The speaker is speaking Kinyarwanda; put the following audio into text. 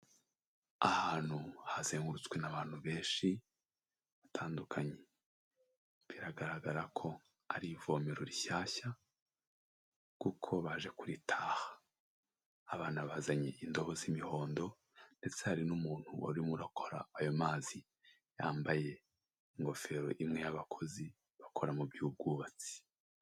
Ahantu hazengurutswe n'abantu benshi, batandukanye, biragaragara ko ari ivomero rishyashya, kuko baje kuritaha, abana bazanye indobo z'imihondo ndetse hari n'umuntu warurimo arokora ayo mazi, yambaye ingofero imwe y'abakozi bakora mu by'ubwubatsi.